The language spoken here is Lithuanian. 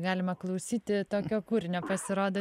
galima klausyti tokio kūrinio pasirodo